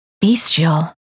bestial